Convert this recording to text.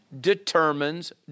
determines